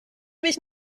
mich